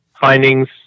findings